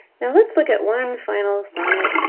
let's look at one final sonnet.